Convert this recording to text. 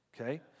Okay